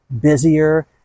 busier